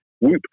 whoop